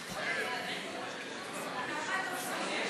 אדוני,